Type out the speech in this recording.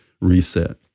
reset